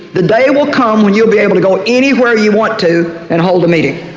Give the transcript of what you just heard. the day will come when you'll be able to go anywhere you want to and hold a meeting,